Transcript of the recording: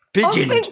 Pigeons